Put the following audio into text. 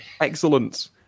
Excellent